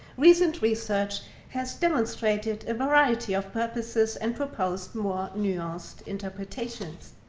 recent research has demonstrated a variety of purposes and propose more nuanced interpretations.